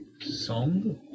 Song